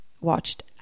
watched